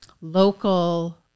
local